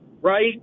right